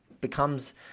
becomes